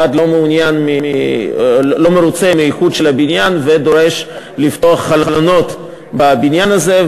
הוועד לא מרוצה מהאיכות של הבניין ודורש לפתוח חלונות בבניין הזה.